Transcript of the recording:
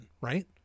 right